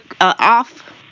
off